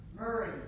Murray